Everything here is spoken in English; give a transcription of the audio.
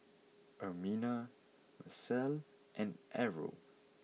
Ermina Marcelle and Errol